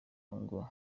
ngo